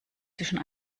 zwischen